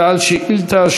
ועל שאילתה,